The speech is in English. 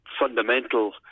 fundamental